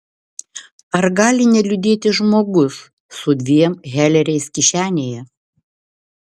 ar gali neliūdėti žmogus su dviem heleriais kišenėje